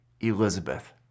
Elizabeth